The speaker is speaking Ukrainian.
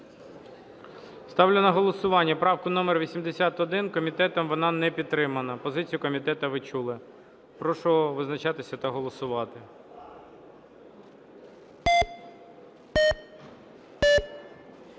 Ставлю на голосування правку номер 81. Комітетом вона не підтримана. Позицію комітету ви чули. Прошу визначатися та голосувати.